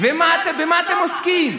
ובמה אתם עוסקים?